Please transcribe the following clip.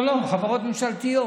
לא, לא, חברות ממשלתיות.